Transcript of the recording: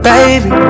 Baby